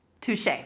Touche